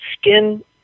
skin